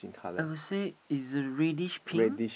I will say is a reddish pink